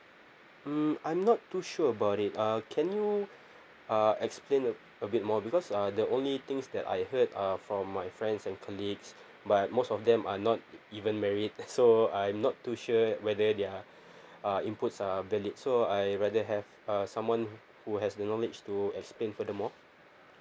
hmm I'm not too sure about it err can you uh explain a a bit more because uh the only things that I heard are from my friends and colleagues but most of them are not even married so I'm not too sure whether their uh inputs are valid so I rather have uh someone who has the knowledge to explain further more